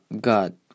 God